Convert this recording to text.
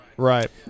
Right